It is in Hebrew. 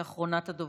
היא אחרונת הדוברים.